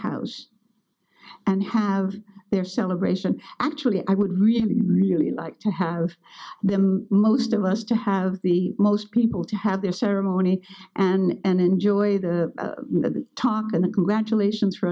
house and have their celebration actually i would really really like to have them most of us to have the most people to have their ceremony and enjoy the talk and the graduations for